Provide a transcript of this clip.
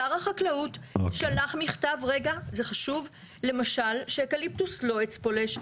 שר החקלאות שלח מכתב, למשל שאקליפטוס לא עץ פולש.